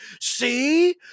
see